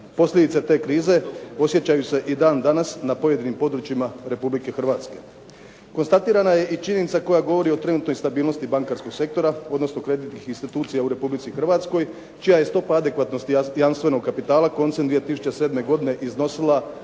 posljedice te krize osjećaju se i dan danas na pojedinim područjima Republike Hrvatske. Konstatirana je i činjenica koja govori o trenutnoj stabilnosti bankarskog sektora odnosno kreditnih institucija u Republici Hrvatskoj čija je stopa adekvatnosti jamstvenog kapitala koncem 2007. godine iznosila